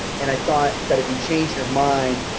and i thought that if you change your mind,